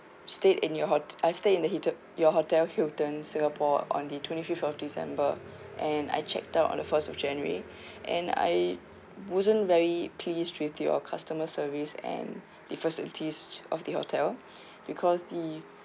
stayed in your ho~ I stay in the hilt~ your hotel hilton singapore on the twenty fifth of december and I checked out on the first of january and I wasn't very pleased with your customer service and the facilities of the hotel because the